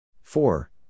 Four